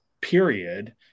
period